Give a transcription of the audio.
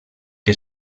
que